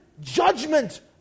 judgment